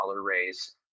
raise